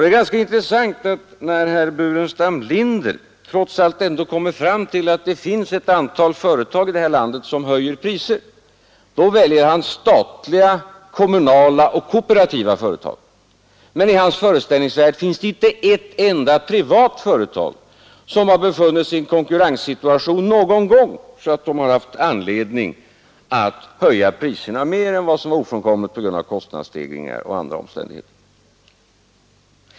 Det är ganska intressant att när herr Burenstam Linder ändå kommer fram till att det finns ett antal företag här i landet som höjer priser, väljer han som exempel statliga, kommunala och kooperativa företag. Men i hans föreställningsvärld finns det inte ett enda privat företag som någon gång har befunnit sig i en sådan konkurrenssituation att det haft anledning att höja priserna mer än vad som var ofrånkomligt på grund av kostnadsstegringar och andra omständigheter.